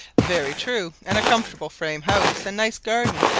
very true and a comfortable frame-house, and nice garden,